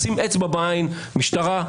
לשים אצבע בעין: למשטרה,